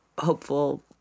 hopeful